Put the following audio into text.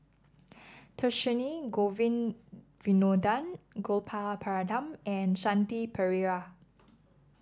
Dhershini Govin Winodan Gopal Baratham and Shanti Pereira